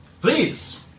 please